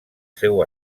seu